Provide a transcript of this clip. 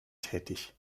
tätig